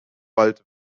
wald